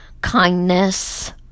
kindness